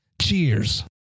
Cheers